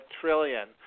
trillion